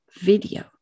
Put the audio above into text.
video